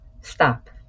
stop